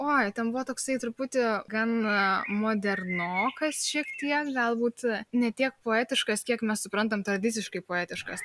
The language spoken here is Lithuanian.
oi ten buvo toksai truputį gan modernokas šiek tiek galbūt ne tiek poetiškas kiek mes suprantam tą visiškai poetišką